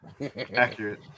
Accurate